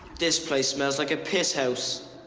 this place smells like a piss house.